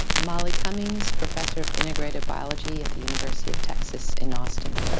molly cummings, professor of integrative biology at the university of texas in austin.